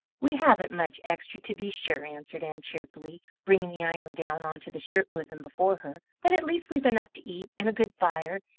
we haven't much extra, to be sure, answered ann cheerfully, bringing the iron down onto the shirt-bosom before her, but at least we've enough to eat, and a good fire,